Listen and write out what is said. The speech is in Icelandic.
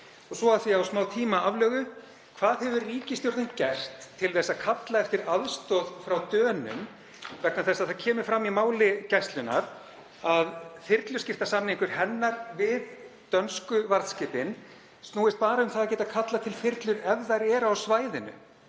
af því að ég á smá tíma aflögu: Hvað hefur ríkisstjórnin gert til að kalla eftir aðstoð frá Dönum? Það kemur fram í máli Gæslunnar að þyrluskiptasamningur hennar við dönsku varðskipin snúist bara um að geta kallað til þyrlur ef þær eru á svæðinu.